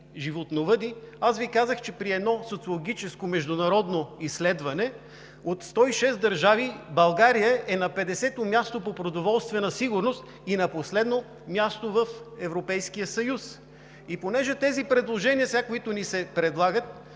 животновъди, от тази трибуна Ви казах, че при едно социологическо международно изследване от 106 държави България е на 50-о място по продоволствена сигурност и на последно място в Европейския съюз. С предложенията, които сега ни се предлагат,